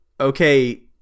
okay